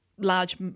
Large